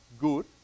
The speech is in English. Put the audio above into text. good